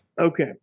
Okay